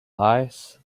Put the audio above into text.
lies